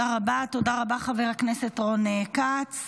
מישהו עשה דבר כזה בבית הזה?